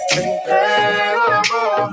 incredible